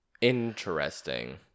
Interesting